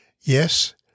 Yes